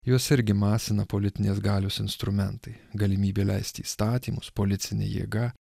juos irgi masina politinės galios instrumentai galimybė leisti įstatymus policinė jėga